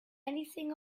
anything